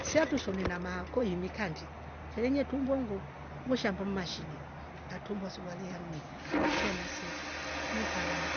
Shatu shomena makoi yumi kandi fefenye tumbo ngwo veshamba mashine ngatumbua suruali ame ngaekea na sipu nikarara